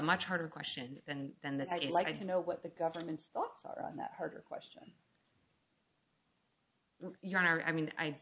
much harder question and then that i do like to know what the government's thoughts are on that harder question your honor i mean i